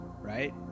right